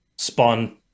spawn